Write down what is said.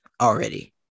already